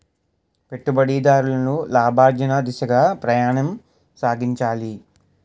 పెట్టుబడిదారులు లాభార్జన దిశగా ప్రయాణం సాగించాలి